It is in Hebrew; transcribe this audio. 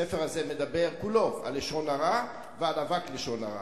הספר הזה כולו מדבר על לשון הרע ועל אבק לשון הרע.